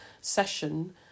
session